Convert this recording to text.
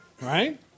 right